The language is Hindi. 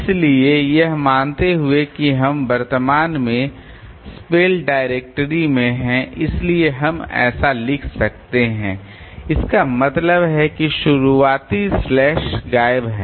इसलिए यह मानते हुए कि हम वर्तमान में स्पेल डायरेक्टरी में हैं इसलिए हम ऐसा लिख सकते हैं इसका मतलब है कि शुरुआती स्लैश गायब है